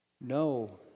No